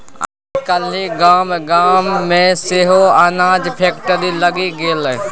आय काल्हि गाम गाम मे सेहो अनाजक फैक्ट्री लागि गेलै